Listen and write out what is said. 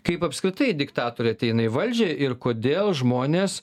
kaip apskritai diktatoriai ateina į valdžią ir kodėl žmonės